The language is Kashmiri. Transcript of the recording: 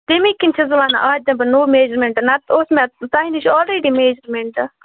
تمے کِنۍ چھس بہٕ وَنان اَتھ دِمہٕ بہٕ نوٚو میجرمیٚنٹ نَتہٕ اوس مےٚ تۄہہِ نِش آلریٚڈی میجرمیٚنٹ